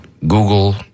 Google